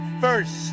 first